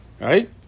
Right